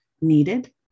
needed